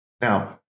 Now